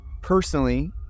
personally